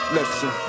Listen